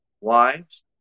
Wives